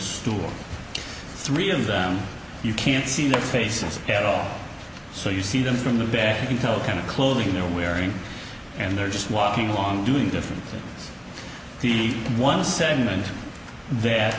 the three of them you can't see the faces at all so you see them from the back until kind of clothing they're wearing and they're just walking along doing different things the one segment that